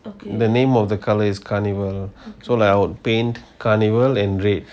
the name of the colours is carnival so I'll paint carnival and red